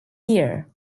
year